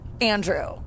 Andrew